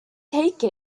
take